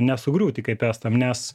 nesugriūti kaip estam nes